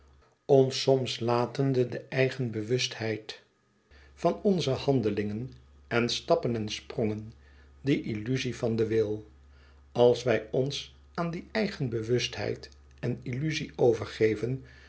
soms latende de eigenbewustheid van onze handelingen en stappen en sprongen de illuzie van den wil als wij ons aan die eigenbewustheid en illuzie overgeven